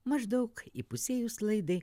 maždaug įpusėjus laidai